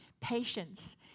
Patience